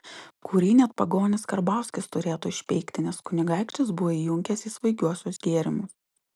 kurį net pagonis karbauskis turėtų išpeikti nes kunigaikštis buvo įjunkęs į svaigiuosius gėrimus